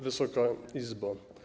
Wysoka Izbo!